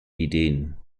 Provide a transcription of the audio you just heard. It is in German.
ideen